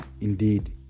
indeed